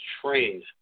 trained